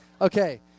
Okay